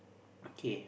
okay